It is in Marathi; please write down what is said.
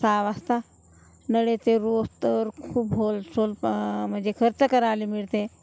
सहा वाजता नळ येते रोज तर खूप होलसोल प म्हणजे खर्च करायला मिळते